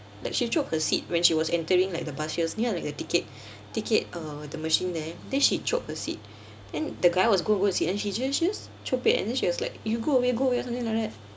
like she chope her seat when she was entering like the bus she was near like the ticket ticket uh the machine there and then she chope the seat the guy was go will sit and she just just chope it and then she was like you go away go away or something like that